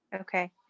Okay